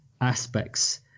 aspects